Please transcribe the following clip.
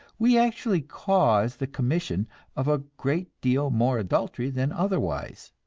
we actually cause the commission of a great deal more adultery than otherwise.